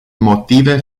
motive